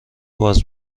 باز